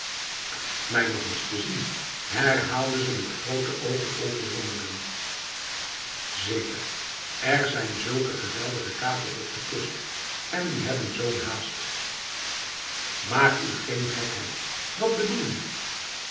mij nog eens te zien herhaalde ze met grote ogen vol verwondering zeker er zijn zulke geweldige kapers op de kust en die hebben zo'n haast maak nu geen gekheid wat bedoel je